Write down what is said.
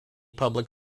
public